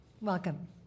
Welcome